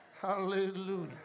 Hallelujah